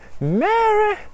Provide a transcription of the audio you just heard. Mary